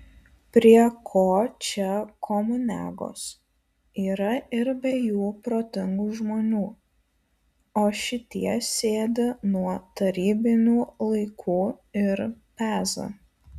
prie ko čia komuniagos yra ir be jų protingų žmonių o šitie sėdi nuo tarybinių laikų ir peza